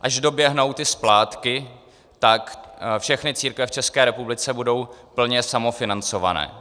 Až doběhnou ty splátky, tak všechny církve v České republice budou plně samofinancované.